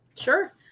Sure